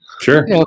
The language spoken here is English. Sure